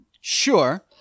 Sure